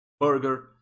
burger